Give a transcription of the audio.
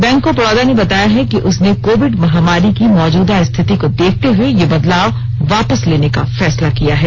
bank of Baroda ने बताया है कि उसने कोविड महामारी की मौजूदा स्थिति को देखते हुए ये बदलाव वापस लेने का फैसला किया है